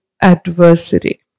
adversary